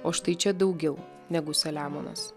o štai čia daugiau negu saliamonas